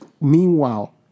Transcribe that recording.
meanwhile